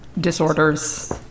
disorders